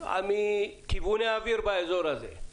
מכיווני אוויר באזור הזה.